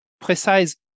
precise